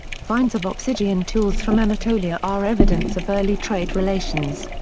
finds of obsidian tools from anatolia are evidence of early trade relations.